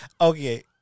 Okay